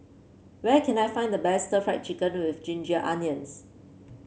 where can I find the best stir Fry Chicken with Ginger Onions